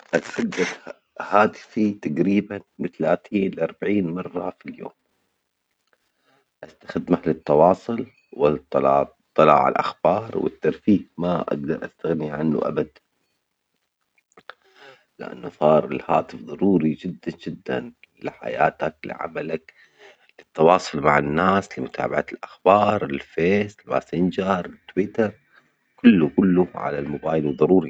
أتفجد هاتفي تجريبًا من تلاتين لأربعين مرة في اليوم، أستخدمه للتواصل والإطلاع على الأخبار والترفيه، ما أجدر أستغني عنه أبدأ لإنه صار الهاتف ضروري جدًا جدًا لحياتك لعملك للتواصل مع الناس لمتابعة الأخبار للفيس للماسنجر، كله كله على الموبايل وضروري.